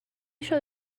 show